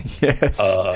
Yes